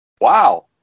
Wow